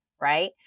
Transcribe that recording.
Right